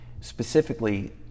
Specifically